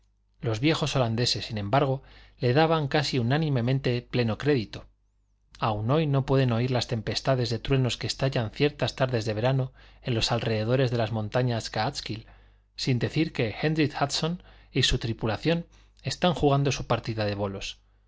los viejos holandeses sin embargo le daban casi unánimemente pleno crédito aun hoy no pueden oír las tempestades de truenos que estallan ciertas tardes de verano en los alrededores de las montañas káatskill sin decir que héndrick hudson y su tripulación están jugando su partida de bolos